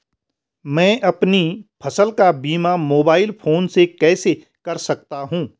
मैं अपनी फसल का बीमा मोबाइल फोन से कैसे कर सकता हूँ?